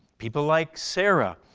people like sarah,